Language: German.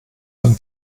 von